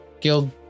guild